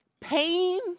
Pain